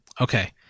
Okay